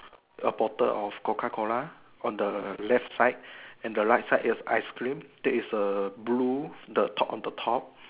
a bottle of Coca Cola on the left side and the right side you have ice cream there's a blue the top on the top